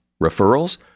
Referrals